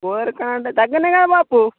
బోరుకా అంటే దగ్గరనే కదా బాపు